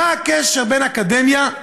מה הקשר בין אקדמיה,